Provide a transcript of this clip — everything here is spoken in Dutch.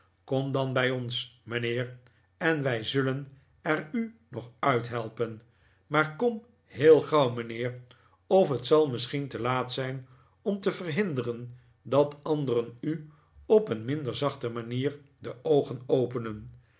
kom dan bij ons mijnheer en wij zullen er u nog uithelpen maar kom heel gauw mijnheer of het zal misschien te laat zijn om te verhinderen dat anderen u op een minder zachte manier de oogen openen